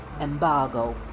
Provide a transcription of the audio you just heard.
embargo